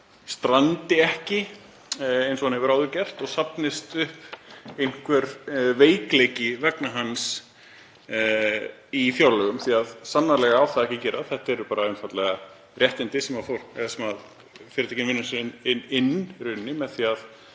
strandi ekki eins og hann hefur áður gert og safnist upp einhver veikleiki vegna hans í fjárlögum því að sannarlega á það ekki að gerast. Þetta eru einfaldlega réttindi sem fyrirtækin vinna sér inn með því að